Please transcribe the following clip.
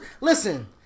Listen